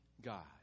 God